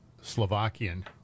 Slovakian